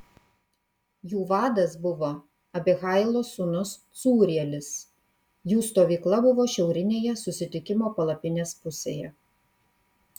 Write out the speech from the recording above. jų vadas buvo abihailo sūnus cūrielis jų stovykla buvo šiaurinėje susitikimo palapinės pusėje